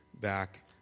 back